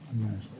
Amen